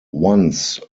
once